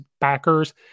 backers